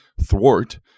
thwart